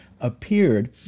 appeared